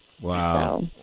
Wow